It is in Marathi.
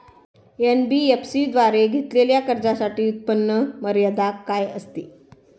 एन.बी.एफ.सी द्वारे घेतलेल्या कर्जासाठी उत्पन्न मर्यादा काय असते?